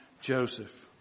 Joseph